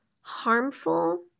harmful